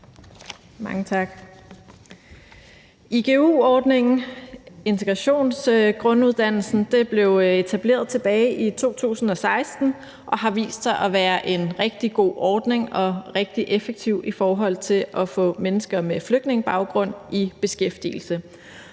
integrationsgrunduddannelsen, blev etableret tilbage i 2016 og har vist sig at være en rigtig god ordning og rigtig effektiv i forhold til at få mennesker med flygtningebaggrund i beskæftigelse.